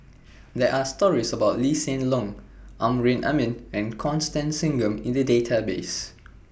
There Are stories about Lee Hsien Loong Amrin Amin and Constance Singam in The Database